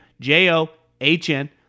J-O-H-N